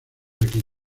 aquí